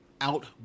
out